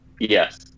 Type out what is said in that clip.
Yes